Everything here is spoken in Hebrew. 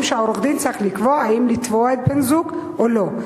שהעורך-דין צריך לקבוע אם לתבוע את בן-הזוג או לא.